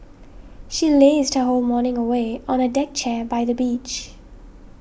she lazed her whole morning away on a deck chair by the beach